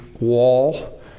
wall